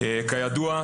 כידוע,